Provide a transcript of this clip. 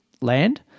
land